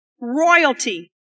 royalty